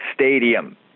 Stadium